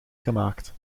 gemaakt